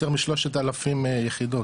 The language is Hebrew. יותר מ-3,000 יחידות,